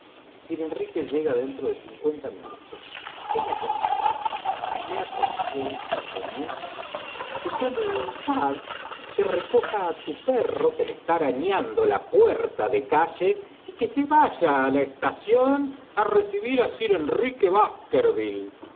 sir enrique llega dentro de cincuenta minutos qué me aconseja le aconsejo señor que tome un cab que recoja á su perro que me está arañando la puerta de calle y que se vaya la estación á recibir á sir enrique